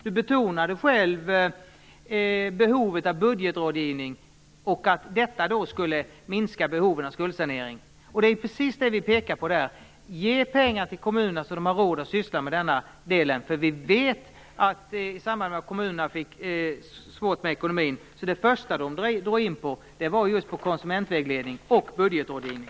Du betonade själv behovet av budgetrådgivning och sade att detta skulle minska behovet av skuldsanering. Det är precis det vi pekar på där: Ge pengar till kommunerna så att de har råd att syssla med budgetrådgivning! Det första kommunerna drog in i samband med att kommunerna fick problem med ekonomin var just konsumentvägledning och budgetrådgivning.